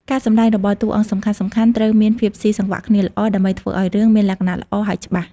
ការសម្ដែងរបស់តួអង្គសំខាន់ៗត្រូវមានភាពស៊ីសង្វាក់គ្នាល្អ ដើម្បីធ្វើឲ្យរឿងមានលក្ខណៈល្អ ហើយច្បាស់។